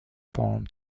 palm